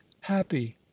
happy